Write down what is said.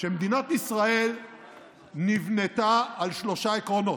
שמדינת ישראל נבנתה על שלושה עקרונות: